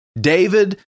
David